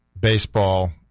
baseball